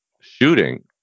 shooting